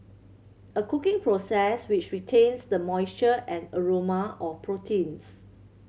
a cooking process which retains the moisture and aroma of proteins